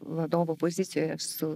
vadovo pozicijoje su